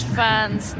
fans